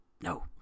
no